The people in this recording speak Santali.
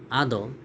ᱟᱫᱚ